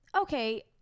Okay